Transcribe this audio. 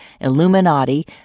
Illuminati